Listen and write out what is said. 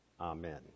amen